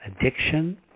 addiction